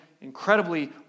incredibly